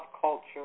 culture